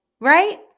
right